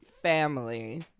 family